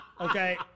Okay